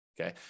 Okay